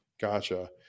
Gotcha